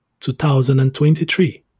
2023